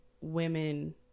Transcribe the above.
women